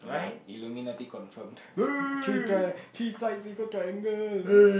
illuminati confirmed three tr~ three sides equal triangle